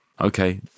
okay